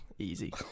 easy